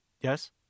Yes